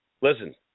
Listen